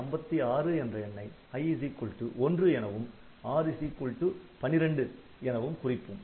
256 என்ற எண்ணை i 1 எனவும் r 12 எனவும் குறிப்போம்